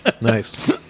Nice